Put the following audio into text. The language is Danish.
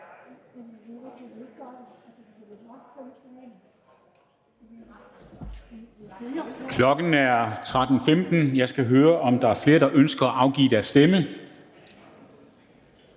Klokken er 13.15. Jeg skal høre, om der er flere, der ønsker at afgive deres stemme.